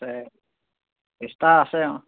আছে ষ্টাৰ আছে অঁ